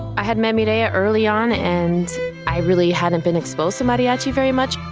i had met mireya early on. and i really hadn't been exposed to mariachi very much.